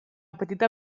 petita